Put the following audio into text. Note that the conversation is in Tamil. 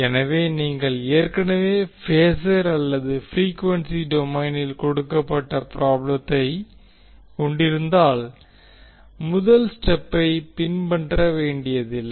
எனவே நீங்கள் ஏற்கனவே பேஸர் அல்லது ப்ரீக்வென்சி டொமைனில் கொடுக்கப்பட்ட ப்ராபளத்தை கொண்டிருந்தால் முதல் ஸ்டெப்பை பின்பற்ற வேண்டியதில்லை